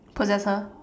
possess her